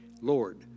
Lord